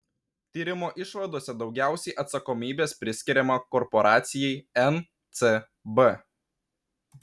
tyrimo išvadose daugiausiai atsakomybės priskiriama korporacijai ncb